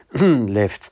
left